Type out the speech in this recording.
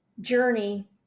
journey